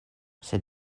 sed